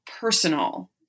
personal